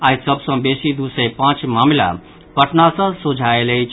आई सभ सँ बेसी दू सय पांच मामिला पटना सँ सोझा आयल अछि